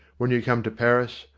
when you come to paris,